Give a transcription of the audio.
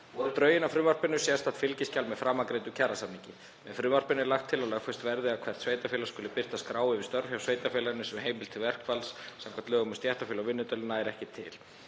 drögin að frumvarpinu sérstakt fylgiskjal með framangreindum kjarasamningi. Með frumvarpinu er lagt til að lögfest verði að hvert sveitarfélag skuli birta skrá yfir störf hjá sveitarfélaginu sem heimild til verkfalls, samkvæmt lögum um stéttarfélög og vinnudeilur, nær ekki til.